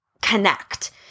connect